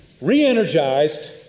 Re-energized